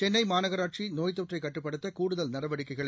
சென்னை மாநகராட்சி நோய்த்தொற்றை கட்டுப்படுத்த கூடுதல் நடவடிக்கைகளை